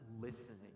listening